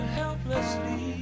helplessly